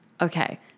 Okay